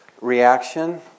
reaction